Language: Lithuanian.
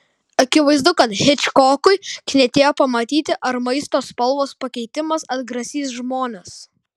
akivaizdu kad hičkokui knietėjo pamatyti ar maisto spalvos pakeitimas atgrasys žmones